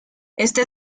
este